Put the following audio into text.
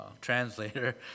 translator